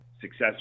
success